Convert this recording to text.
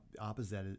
opposite